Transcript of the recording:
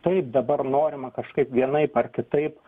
taip dabar norima kažkaip vienaip ar kitaip